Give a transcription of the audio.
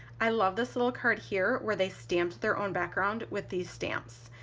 i love this little card here where they stamp their own background with these stamps.